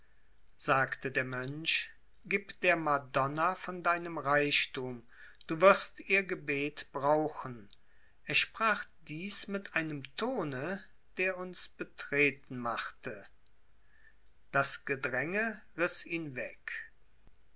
sagte der mönch gib der madonna von deinem reichtum du wirst ihr gebet brauchen er sprach dies mit einem tone der uns betreten machte das gedränge riß ihn weg